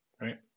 right